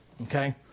Okay